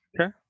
Okay